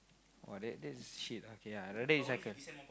!wah! that that's shit okay I rather it's like a